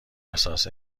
احساس